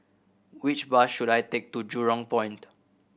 which bus should I take to Jurong Point